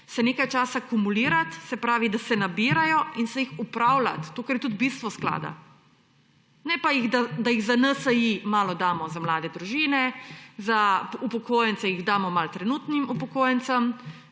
se nekaj časa kumulirat, se pravi, da se nabirajo in se jih upravljat, to, kar je tudi bistvo sklada, ne pa, da jih za NSi malo damo, za mlade družine, za upokojence jih damo malo trenutnim upokojencem,